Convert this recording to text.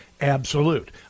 absolute